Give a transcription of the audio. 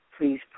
please